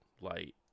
light